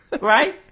Right